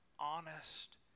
honest